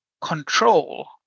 control